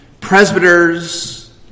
presbyters